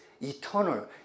eternal